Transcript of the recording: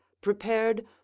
prepared